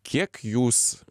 kiek jūs